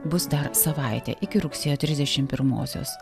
bus dar savaitė iki rugsėjo trisdešim pirmosios